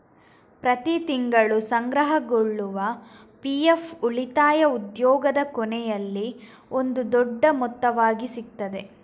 ಪ್ರತಿ ತಿಂಗಳು ಸಂಗ್ರಹಗೊಳ್ಳುವ ಪಿ.ಎಫ್ ಉಳಿತಾಯ ಉದ್ಯೋಗದ ಕೊನೆಯಲ್ಲಿ ಒಂದು ದೊಡ್ಡ ಮೊತ್ತವಾಗಿ ಸಿಗ್ತದೆ